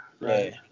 Right